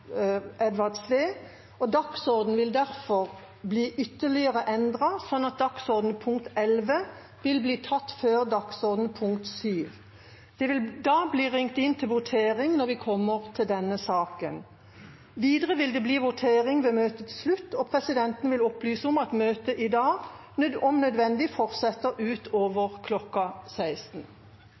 vil derfor bli ytterligere endret slik at sak nr. 11 vil bli tatt før sak nr. 7. Det vil bli ringt inn til votering når vi kommer til denne saken. Videre vil det bli votering ved møtets slutt, og presidenten vil opplyse om at møtet i dag om nødvendig fortsetter utover kl. 16.